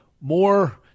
more